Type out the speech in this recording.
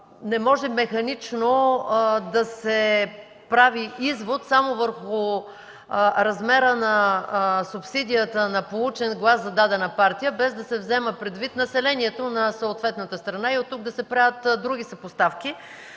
не може механично да се прави извод само върху размера на субсидията на получен глас за дадена партия, без да се взема предвид населението на съответната страна и оттук да се правят други съпоставки.